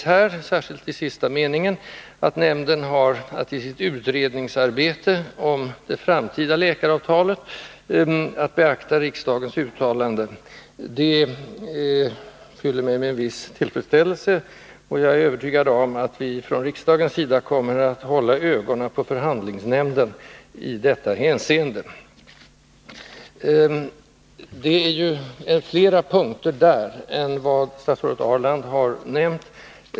Det gäller särskilt det som sägs i sista meningen, nämligen att nämnden har att i sitt utredningsarbete om det framtida läkarutbildningsavtalet beakta riksdagens uttalande. Jag är övertygad om att vi från riksdagens sida kommer att hålla ögonen på förhandlingsnämnden i detta hänseende. Riksdagens uttalande omfattar mera än vad statsrådet Ahrland har nämnt.